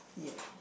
yeah